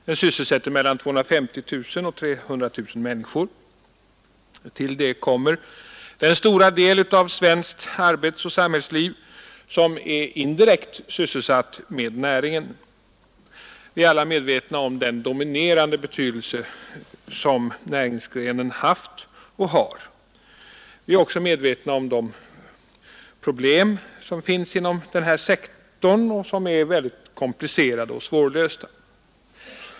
Den sysselsätter mellan 250 000 och 300 000 människor. Till detta kommer den stora del av svenskt arbetsoch samhällsliv som är indirekt sysselsatt med näringen. Vi är alla medvetna om den dominerande betydelse som näringsgrenen haft och har. Vi är också medvetna om de problem som finns inom denna sektor och som är mycket komplicerade och svårlösta.